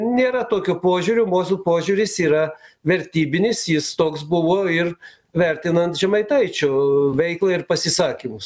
nėra tokio požiūrio mūsų požiūris yra vertybinis jis toks buvo ir vertinant žemaitaičio veiklą ir pasisakymus